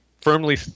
firmly